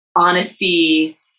honesty